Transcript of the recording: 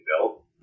built